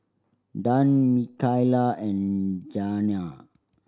Dan Mikaila and Janae